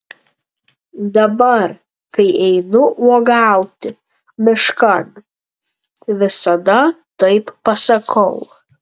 dabar kai einu uogauti miškan visada taip pasakau